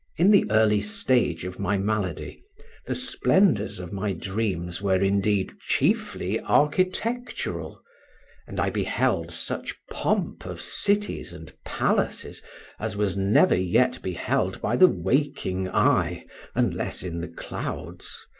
in the early stage of my malady the splendours of my dreams were indeed chiefly architectural and i beheld such pomp of cities and palaces as was never yet beheld by the waking eye unless in the clouds.